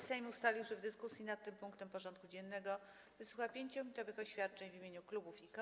Sejm ustalił, że w dyskusji nad tym punktem porządku dziennego wysłucha 5-minutowych oświadczeń w imieniu klubów i koła.